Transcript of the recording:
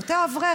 ואותו אברך,